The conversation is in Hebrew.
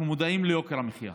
אנחנו מודעים ליוקר המחיה.